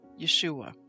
Yeshua